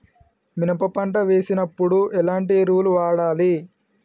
మినప పంట వేసినప్పుడు ఎలాంటి ఎరువులు వాడాలి?